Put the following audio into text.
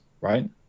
right